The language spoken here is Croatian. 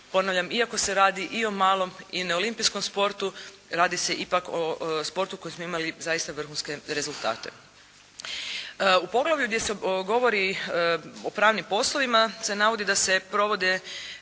ponavljam, iako se radi i o malom i olimpijskom sportu, radi se ipak o sportu u kojem smo imali zaista vrhunske rezultate. U poglavlju gdje se govori o pravnim poslovima se navodi da se provode